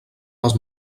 les